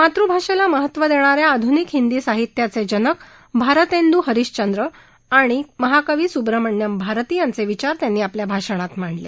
मातुभाषेला महत्त्व देणा या आधुनिक हिंदी साहित्याचे जनक भारतेन्दु हरिशचंद्र आणि महाकवी सुव्रमण्यम भारती यांचे विचार त्यांनी आपल्या भाषणात मांडले